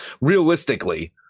realistically